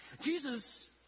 Jesus